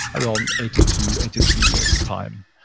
around eighty two eighty three years time.